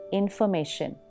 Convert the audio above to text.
information